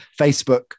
Facebook